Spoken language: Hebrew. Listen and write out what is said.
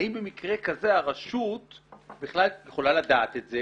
האם במקרה כזה הרשות בכלל יכולה לדעת את זה